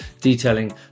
detailing